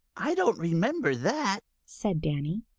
i don't remember that, said danny.